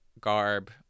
garb